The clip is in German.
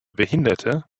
behinderte